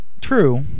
True